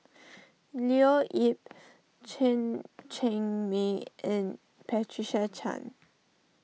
Leo Yip Chen Cheng Mei and Patricia Chan